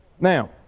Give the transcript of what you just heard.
Now